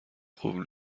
خوب